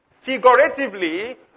figuratively